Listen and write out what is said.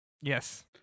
Yes